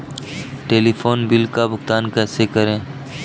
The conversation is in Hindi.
टेलीफोन बिल का भुगतान कैसे करें?